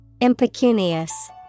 Impecunious